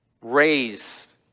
raise